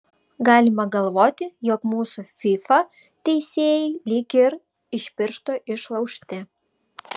galima galvoti jog mūsų fifa teisėjai lyg ir iš piršto išlaužti